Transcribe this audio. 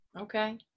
Okay